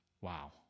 Wow